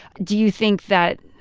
do you think that